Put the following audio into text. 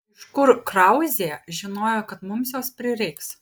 iš kur krauzė žinojo kad mums jos prireiks